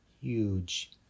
huge